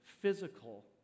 physical